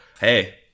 hey